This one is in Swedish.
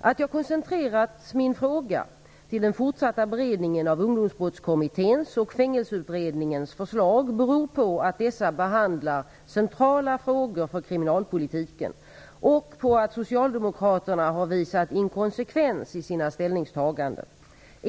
Att jag koncentrerat min fråga till den fortsatta beredningen av Ungdomsbrottskommitténs och Fängelseutredningens förslag beror på att dessa behandlar centrala frågor för kriminalpolitiken och på att socialdemokraterna har visat inkonsekvens i sina ställningstaganden.